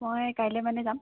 মই কাইলৈ মানে যাম